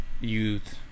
youth